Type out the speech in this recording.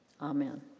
Amen